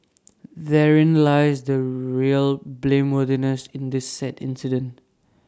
therein lies the real blameworthiness in this sad incident